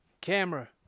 camera